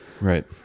right